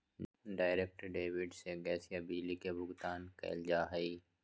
direct debit से gas या बिजली के बिल भुगतान कइल जा हई